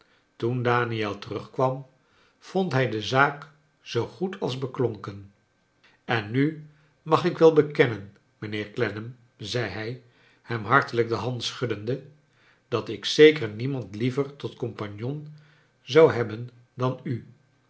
toen daniel terugkwam vond hij de zaak zoo goed als beklonken en nu mag ik wel bekennen mijnheer clennam zei hij hem hartelijk de hand schuddende dat ik zeker niemand liever tot compagnon zou hebben dan u